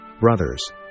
brothers